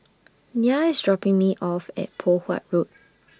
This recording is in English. Nyah IS dropping Me off At Poh Huat Road